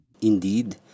Indeed